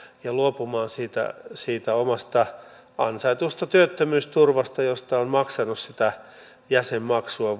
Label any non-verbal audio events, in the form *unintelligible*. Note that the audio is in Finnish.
ja luopumaan siitä siitä omasta ansaitusta työttömyysturvasta josta on maksanut sitä jäsenmaksua *unintelligible*